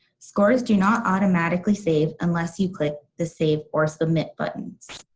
scores do not automatically save unless you click the save or submit buttons.